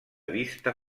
vista